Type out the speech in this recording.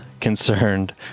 concerned